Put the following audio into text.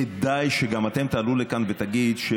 כדאי שגם אתם תעלו לכאן ותגידו